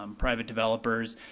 um private developers,